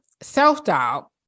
self-doubt